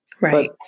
Right